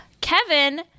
Kevin